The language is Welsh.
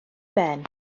ben